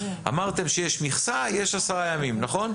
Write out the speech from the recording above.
אמרתם שיש מכסה, יש עשרה ימים, נכון?